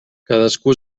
cadascú